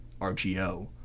RGO